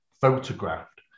photographed